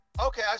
Okay